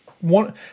one